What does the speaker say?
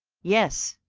yes,